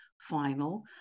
final